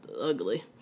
ugly